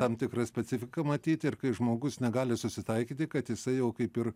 tam tikrą specifika matyt ir kai žmogus negali susitaikyti kad jisai jau kaip ir